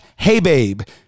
HeyBabe